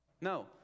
No